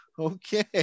Okay